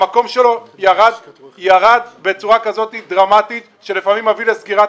המקום שלו ירד בצורה דרמטית שלפעמים מביא לסגירת